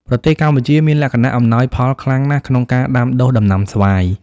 ប្រទេសកម្ពុជាមានលក្ខខណ្ឌអំណោយផលខ្លាំងណាស់ក្នុងការដាំដុះដំណាំស្វាយ។